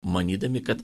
manydami kad